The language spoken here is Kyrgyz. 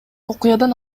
окуядан